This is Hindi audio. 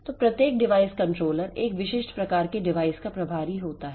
तो प्रत्येक डिवाइस कंट्रोलर एक विशिष्ट प्रकार के डिवाइस का प्रभारी होता है